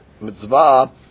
mitzvah